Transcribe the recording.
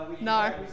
No